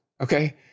Okay